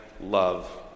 love